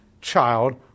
child